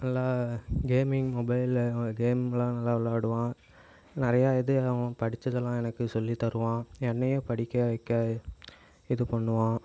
நல்லா கேமிங் மொபைல்ல அவன் கேம்லாம் நல்லா விளையாடுவான் நிறையா இது அவன் படிச்சதெல்லாம் எனக்கு சொல்லி தருவான் என்னையும் படிக்க வைக்க இது பண்ணுவான்